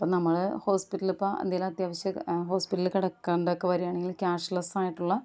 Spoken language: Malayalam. അപ്പം നമ്മൾ ഹോസ്പിറ്റലിൽ ഇപ്പം എന്തെങ്കിലും അത്യാവശ്യം ഹോസ്പിറ്റലിൽ കിടക്കണ്ടതൊക്കെ വരുകയാണെങ്കിൽ കാഷ്ലെസ് ആയിട്ടുള്ള